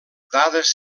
dades